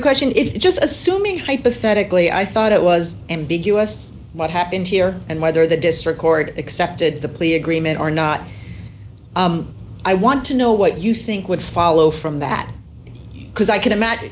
your question is just assuming hypothetically i thought it was ambiguous what happened here and whether the district court accepted the plea agreement or not i want to know what you think would follow from that because i can imagine